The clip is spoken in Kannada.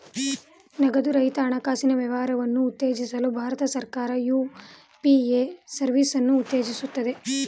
ನಗದು ರಹಿತ ಹಣಕಾಸಿನ ವ್ಯವಹಾರವನ್ನು ಉತ್ತೇಜಿಸಲು ಭಾರತ ಸರ್ಕಾರ ಯು.ಪಿ.ಎ ಸರ್ವಿಸನ್ನು ಉತ್ತೇಜಿಸುತ್ತದೆ